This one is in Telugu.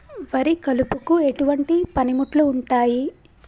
వరి కలుపుకు ఎటువంటి పనిముట్లు ఉంటాయి?